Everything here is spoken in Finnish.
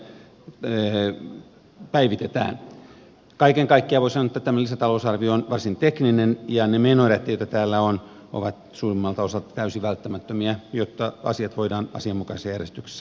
kaiken kaikkiaan voi sanoa että tämä lisätalousarvio on varsin tekninen ja ne menoerät joita täällä on ovat suurimmalta osalta täysin välttämättömiä jotta asiat voidaan asianmukaisessa järjestyksessä hoitaa